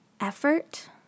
effort